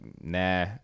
nah